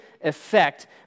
effect